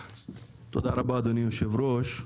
תודה רבה, אדוני יושב הראש.